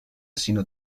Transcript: sinó